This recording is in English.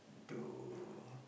to